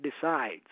decides